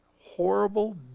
horrible